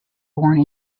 born